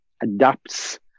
adapts